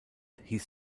hieß